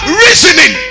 reasoning